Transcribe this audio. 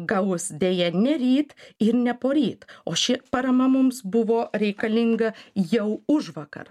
gaus deja ne ryt ir ne poryt o ši parama mums buvo reikalinga jau užvakar